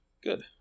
good